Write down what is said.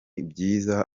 byiza